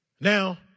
Now